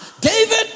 David